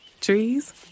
Trees